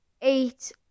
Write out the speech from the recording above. eight